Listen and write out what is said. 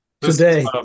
Today